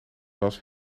was